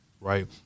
right